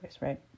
right